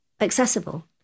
accessible